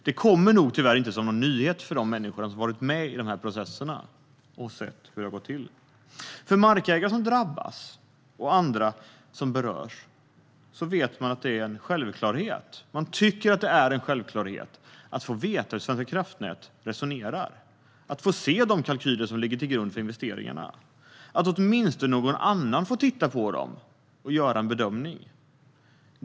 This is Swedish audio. Det kommer nog tyvärr inte som en nyhet för de människor som har varit med i processerna och sett hur det har gått till. Markägare som drabbas och andra som berörs tycker att det är en självklarhet att få veta hur Svenska kraftnät resonerar och att man ska få se de kalkyler som ligger till grund för investeringarna - eller att åtminstone någon annan ska få titta på dem och göra en bedömning.